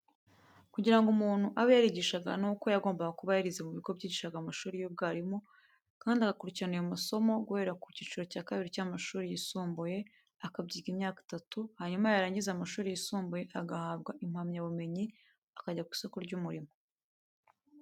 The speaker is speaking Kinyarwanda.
Kugira ngo umuntu abe yarigishaga nuko yagombaga kuba yarize mu bigo byigishaga amasomo y'ubwarimu kandi agakurikirana ayo masomo guhera mu cyiciro cya kabiri cy'amashuri yisumbuye, akabyiga imyaka itatu, hanyuma yarangiza amashuri yisumbuye agahabwa impamyabumenyi akajya ku isoko ry'umurimo.